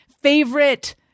favorite